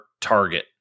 Target